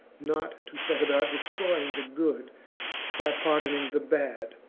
not to set about destroy ing the good by pardoning the bad.